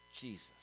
Jesus